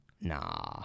Nah